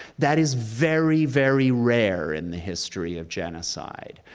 that is very, very rare in the history of genocide,